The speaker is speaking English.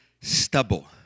stubble